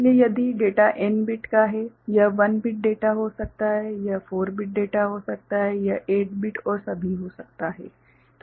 इसलिए यदि data n bit का है यह 1 बिट डेटा हो सकता है यह 4 बिट डेटा हो सकता है यह 8 बिट डेटा और सभी हो सकता है